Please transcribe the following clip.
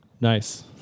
Nice